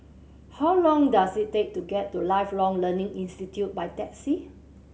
how long does it take to get to Lifelong Learning Institute by taxi